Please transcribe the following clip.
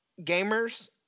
Gamers